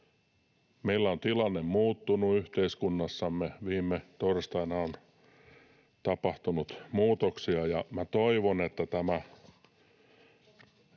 Meillä on tilanne muuttunut yhteiskunnassamme. Viime torstaina on tapahtunut muutoksia, ja toivon, että tämä